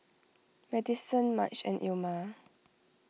Madyson Marge and Ilma